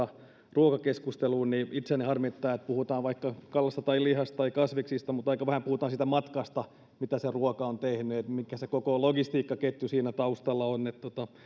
ruokakeskusteluun itseäni harmittaa että puhutaan vaikka kalasta tai lihasta tai kasviksista mutta aika vähän puhutaan siitä matkasta minkä se ruoka on tehnyt mikä se koko logistiikkaketju siinä taustalla on